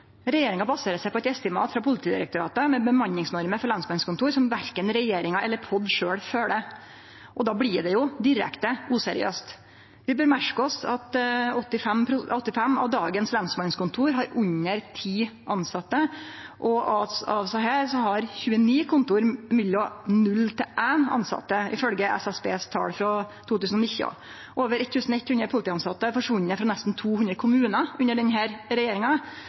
Regjeringa baserer seg på eit estimat frå Politidirektoratet med bemanningsnormer for lensmannskontor som korkje regjeringa eller Politidirektoratet sjølv følgjer, og då blir det direkte useriøst. Vi merkar oss at 85 av dagens lensmannskontor har under ti tilsette, og av desse har 29 kontor mellom null og ein tilsett, ifølgje SSBs tal frå 2019. Over 1 100 polititilsette har forsvunne frå nesten 200 kommunar under denne regjeringa.